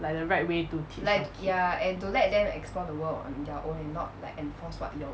like the right way to teach